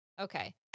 okay